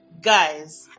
guys